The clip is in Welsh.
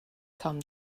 tom